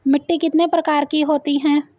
मिट्टी कितने प्रकार की होती हैं?